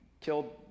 killed